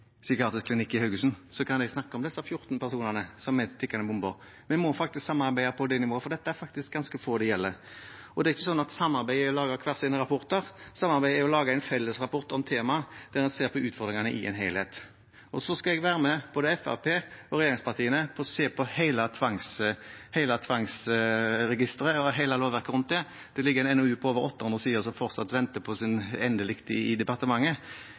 snakke om disse 14 personene som er tikkende bomber. Vi må faktisk samarbeide på det nivået, for det er ganske få det gjelder. Det er ikke sånn at samarbeid er å lage hver sine rapporter. Samarbeid er å lage en fellesrapport om temaet der man ser på utfordringene i en helhet. Jeg skal være med både Fremskrittspartiet og regjeringspartiene i å se på hele tvangsregisteret og hele lovverket rundt det. Det ligger en NOU på over 800 sider som fortsatt venter på sitt endelikt i departementet.